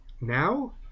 now